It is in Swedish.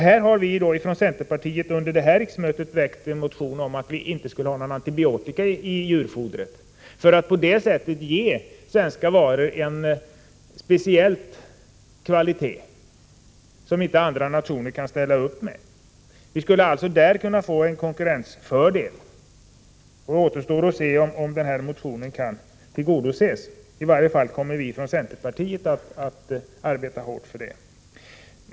Här har vi från centerpartiet under detta riksmöte väckt en motion om att man inte skall använda antibiotika i djurfodret för att på det sättet ge svenska varor en speciell kvalitet som inte andra nationer kan ställa upp med. Vi skulle alltså få en konkurrensfördel. Det återstår att se om vår motion kan bifallas. Vi från centerpartiet kommer i varje fall att arbeta hårt för det.